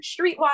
Streetwise